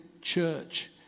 church